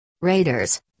Raiders